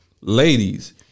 Ladies